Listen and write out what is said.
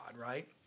right